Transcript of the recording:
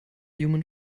human